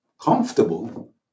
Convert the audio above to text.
comfortable